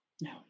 No